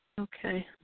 Okay